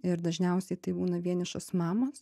ir dažniausiai tai būna vienišos mamos